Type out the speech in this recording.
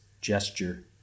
gesture